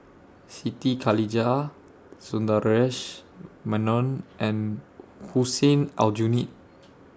Siti Khalijah Sundaresh Menon and Hussein Aljunied